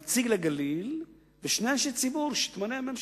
נציג לגליל ושני אנשי ציבור שתמנה הממשלה.